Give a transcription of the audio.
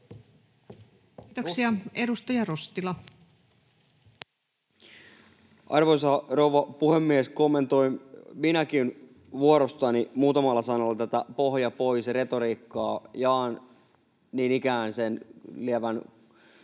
Time: 22:23 Content: Arvoisa rouva puhemies! Kommentoin minäkin vuorostani muutamalla sanalla tätä pohja pois ‑retoriikkaa. Jaan niin ikään sen lievän